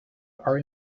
are